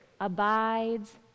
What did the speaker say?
abides